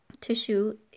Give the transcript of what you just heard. tissue